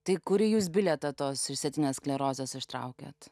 tai kuri jus bilietą tos išsėtinės sklerozės ištraukėte